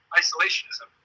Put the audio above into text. isolationism